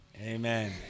Amen